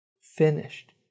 finished